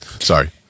Sorry